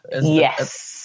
Yes